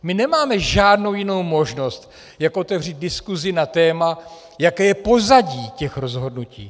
My nemáme žádnou jinou možnost, jak otevřít diskusi na téma, jaké je pozadí těch rozhodnutí.